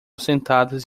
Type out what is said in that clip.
sentadas